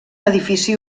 edifici